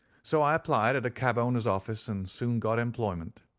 so i applied at a cabowner's office, and soon got employment.